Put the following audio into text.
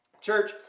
Church